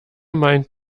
meint